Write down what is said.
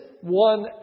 one